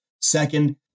second